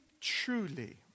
truly